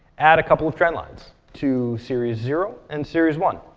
add a couple of trend lines to series zero and series one.